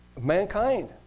mankind